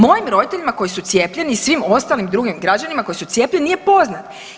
Mojim roditeljima koji su cijepljeni i svim ostalim drugim građanima koji su cijepljeni nije poznat.